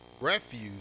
refuse